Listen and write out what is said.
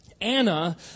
Anna